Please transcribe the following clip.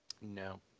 no